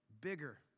bigger